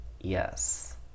yes